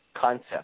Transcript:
concept